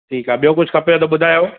ठीकु आहे ॿियो कुझु खपेव त ॿुधायो